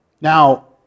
Now